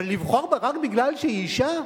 אבל לבחור בה רק מפני שהיא אשה?